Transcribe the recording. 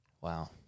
Wow